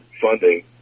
funding